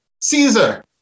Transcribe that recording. Caesar